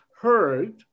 heard